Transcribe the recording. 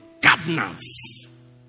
governance